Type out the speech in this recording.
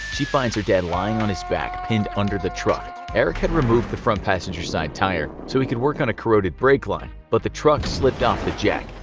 she finds her dad lying on his back, pinned under the truck. eric had removed the front passenger side tire so he could work on a corroded brake line, but the truck slipped off the jack.